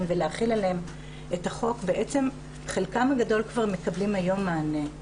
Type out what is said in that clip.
ולהחיל עליהן את החוק כבר מקבל היום מענה.